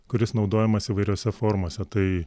kuris naudojamas įvairiose formose tai